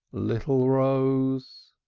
little rose!